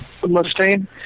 Mustaine